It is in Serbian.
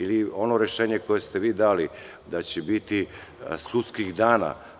Ili ono rešenje koje ste vi, dali da će biti sudskih dana.